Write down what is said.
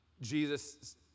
Jesus